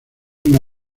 una